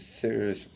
serious